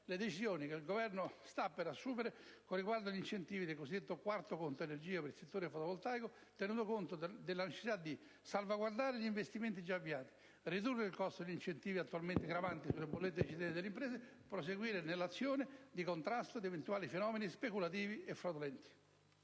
le decisioni che il Governo sta per assumere con riguardo agli incentivi del cosiddetto "quarto conto energia" per il settore fotovoltaico, tenuto conto della necessità di salvaguardare gli investimenti già avviati; per ridurre il costo degli incentivi attualmente gravanti sulle bollette dei cittadini e delle imprese; per proseguire nell'azione di contrasto di eventuali fenomeni speculativi e fraudolenti.